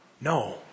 No